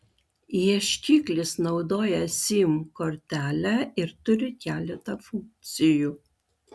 ieškiklis naudoja sim kortelę ir turi keletą funkcijų